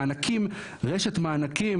רשת מענקים